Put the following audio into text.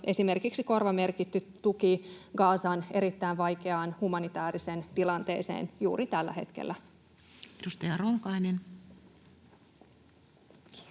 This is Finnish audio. esimerkiksi korvamerkitty tuki Gazan erittäin vaikeaan humanitääriseen tilanteeseen juuri tällä hetkellä? Edustaja Ronkainen. Arvoisa